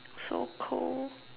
so cold